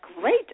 Great